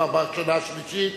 כבר בשנה השלישית,